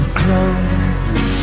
close